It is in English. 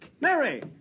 Mary